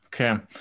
Okay